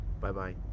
Bye-bye